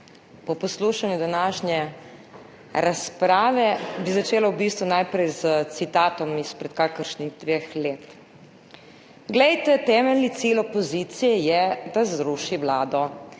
Po poslušanju današnje razprave bi začela v bistvu najprej s citatom izpred kakšnih dveh let: »Glejte, temeljni cilj opozicije je, da zruši vlado.«